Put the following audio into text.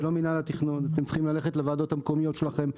זה לא מינהל התכנון אתם צריכים ללכת לוועדות המקומיות שלכם,